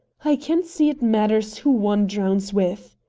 i can't see it matters who one drowns with.